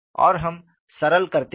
और हम सरल करते हैं